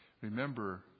Remember